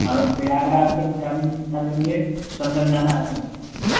और प्रयागराज तक जाने का कितना लेंगे संगम जाना है फिलहाल हमें